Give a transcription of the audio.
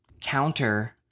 Counter